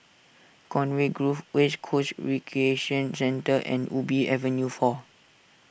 Conway Grove West Coast Recreation Centre and Ubi Avenue four